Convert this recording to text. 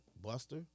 Buster